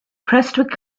prestwich